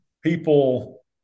people